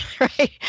right